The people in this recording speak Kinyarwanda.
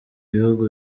bihugu